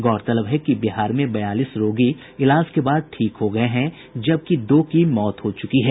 गौरतलब है कि बिहार में बयालीस रोगी इलाज के बाद ठीक हो गये हैं जबकि दो की मृत्यु हुई है